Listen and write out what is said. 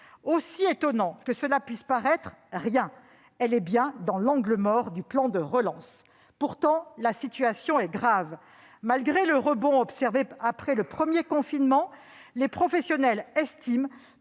Aussi étonnant que cela puisse paraître : rien ! Elle est dans l'angle mort du plan de relance. Pourtant, la situation est grave. Malgré le rebond observé après le premier confinement, les professionnels estiment